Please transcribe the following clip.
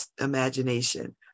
imagination